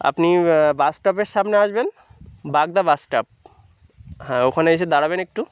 আপনি বাস স্টপের সামনে আসবেন বাগদা বাস স্টপ হ্যাঁ ওখানে এসে দাঁড়াবেন একটু